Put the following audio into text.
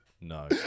no